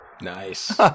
Nice